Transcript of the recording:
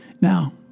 Now